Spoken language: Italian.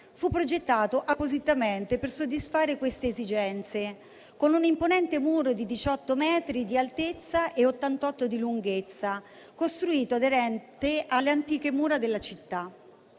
fu progettato appositamente per soddisfare queste esigenze, con un imponente muro di diciotto metri di altezza e ottantotto di lunghezza, costruito aderente alle antiche mura della città.